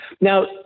Now